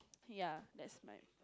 ya that's my